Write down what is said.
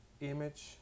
image